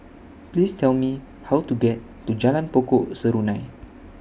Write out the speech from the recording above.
Please Tell Me How to get to Jalan Pokok Serunai